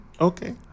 Okay